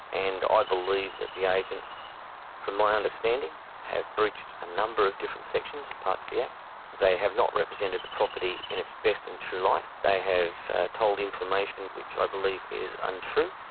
and i believe that the agent from my understanding has breached a number of different sections and parts of the act they have not represented the property in its best and true light, they have told information which believe is untrue,